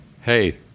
Hey